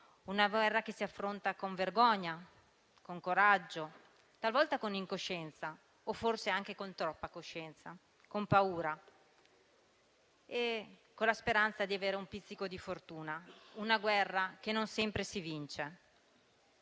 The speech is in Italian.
una guerra che si affronta con vergogna, con coraggio, talvolta con incoscienza o forse anche con troppa coscienza, con paura e con la speranza di avere un pizzico di fortuna; una guerra che non sempre si vince.